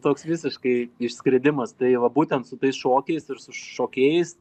toks visiškai išskridimas tai va būtent su tais šokiais ir su šokėjais